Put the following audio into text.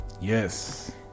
Yes